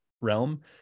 realm